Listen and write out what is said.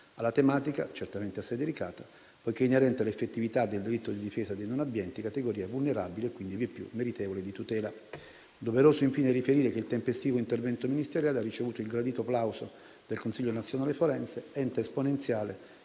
alla tematica, certamente assai delicata poiché inerente all'effettività del diritto di difesa dei non abbienti, categoria vulnerabile e quindi vieppiù meritevole di tutela. È doveroso, infine, riferire che il tempestivo intervento ministeriale ha ricevuto il gradito plauso del Consiglio nazionale forense, ente esponenziale